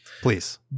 Please